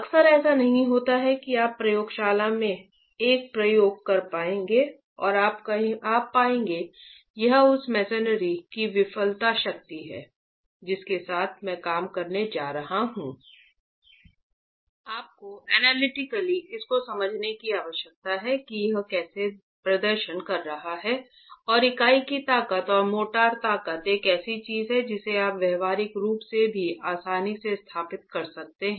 अक्सर ऐसा नहीं होता है कि आप प्रयोगशाला में एक प्रयोग कर पाएंगे और कह पाएंगे यह उस मेसेनरी की विफलता शक्ति है जिसके साथ मैं काम करने जा रहा हूं आपको एनालिटिकली इसको समझने की आवश्यकता है कि यह कैसा प्रदर्शन कर रहा है और इकाई की ताकत और मोर्टार ताकत एक ऐसी चीज है जिसे आप व्यावहारिक रूप से भी आसानी से स्थापित कर सकते हैं